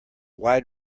wide